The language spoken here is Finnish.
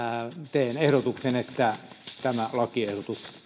teen ehdotuksen että tämä lakiehdotus